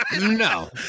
No